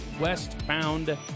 westbound